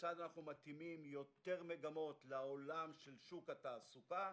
כיצד אנחנו מתאימים יותר מגמות לעולם של שוק התעסוקה,